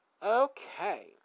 Okay